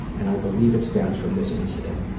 and i believe it stems from this incident.